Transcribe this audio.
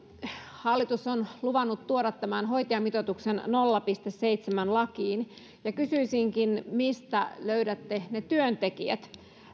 hallitus on luvannut tuoda tämän hoitajamitoituksen nolla pilkku seitsemän lakiin ja kysyisinkin mistä löydätte työntekijät